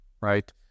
right